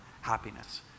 happiness